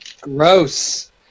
Gross